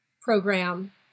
program